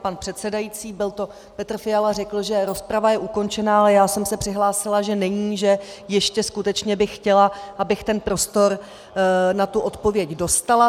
Pan předsedající, byl to Petr Fiala, řekl, že rozprava je ukončena, ale já jsem se přihlásila, že není, že ještě skutečně bych chtěla, abych ten prostor na tu odpověď dostala.